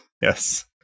Yes